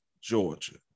Georgia